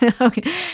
Okay